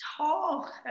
talk